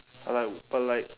but like but like